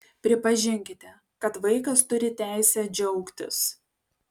pripažinkite kad vaikas turi teisę džiaugtis